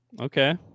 okay